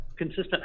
consistent